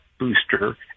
Booster